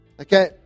Okay